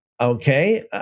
Okay